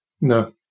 No